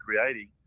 creating